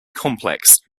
complex